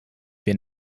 wir